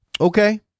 Okay